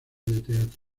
teatro